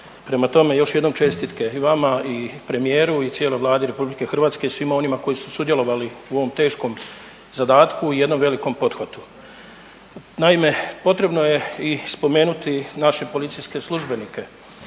Prema tome još jednom čestitke i vama i premijeru i cijeloj Vladi RH i svima onima koji su sudjelovali u ovom teškom zadatku i jednom velikom pothvatu. Naime, potrebno je i spomenuti naše policijske službenike,